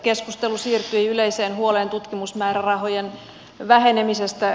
keskustelu siirtyi yleiseen huoleen tutkimusmäärärahojen vähenemisestä